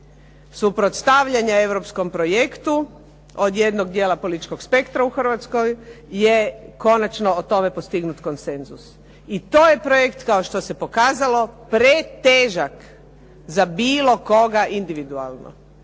suprotstavljanja europskom projektu od jednog dijela političkog spektra u Hrvatskoj je konačno o tome postignut konsenzus. I to je projekt kao što se pokazalo pretežak za bilo koga individualno.